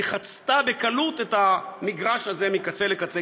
היא חצתה בקלות את המגרש הזה מקצה לקצה,